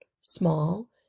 small